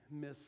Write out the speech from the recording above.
miss